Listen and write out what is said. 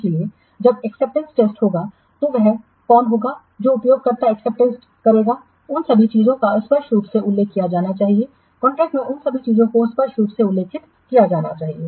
इसलिए जब acceptance test होगा तो वह कौन होगा जो उपयोगकर्ता एक्सेप्टेंस टेस्ट करेगा उन सभी चीजों का स्पष्ट रूप से उल्लेख किया जाना चाहिए कॉन्ट्रैक्ट में उन सभी चीजों को स्पष्ट रूप से उल्लेखित किया जाना चाहिए